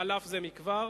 חלף זה כבר,